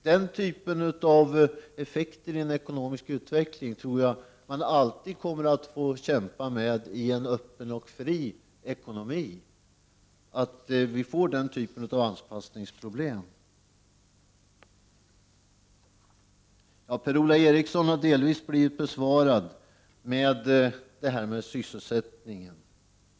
Den typen av effekter i en ekonomisk utveckling och den typen av anpassningsproblem tror jag att man alltid kommer att få kämpa med i en öppen och fri ekonomi. Per-Ola Eriksson har delvis fått svar när det gäller sysselsättningen.